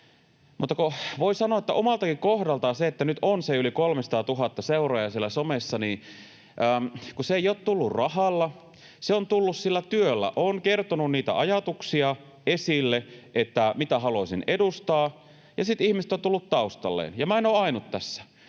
voin sanoa, että omaltakin kohdalta se, että nyt on se yli 300 000 seuraajaa siellä somessa, ei ole tullut rahalla. Se on tullut sillä työllä — olen kertonut niitä ajatuksia esille, että mitä haluaisin edustaa, ja sitten ihmiset ovat tulleet taustalle, ja minä en ole ainut tässä.